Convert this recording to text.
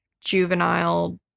juvenile